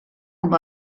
com